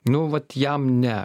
nu vat jam ne